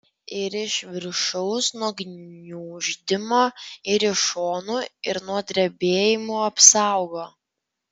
ir iš viršaus nuo gniuždymo ir iš šonų ir nuo drebėjimų apsaugo